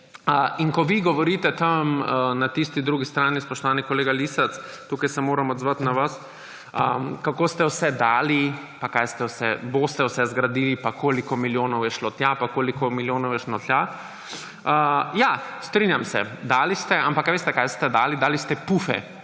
In ko vi govorite tam na tisti drugi strani – spoštovani kolega Lisec, tukaj se moram odzvati na vas – kako ste vse dali, pa kaj vse boste zgradili, pa koliko milijonov je šlo tja, pa koliko milijonov je šlo tja, ja, strinjam se, dali ste, ampak veste, kaj ste dali? Dali ste pufe.